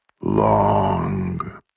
long